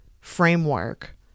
framework